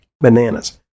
Bananas